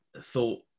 thought